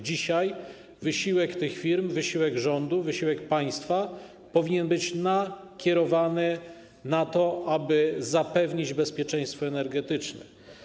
Dzisiaj wysiłek tych firm, wysiłek rządu, wysiłek państwa powinien być nakierowany na to, aby zapewnić bezpieczeństwo energetyczne.